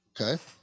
Okay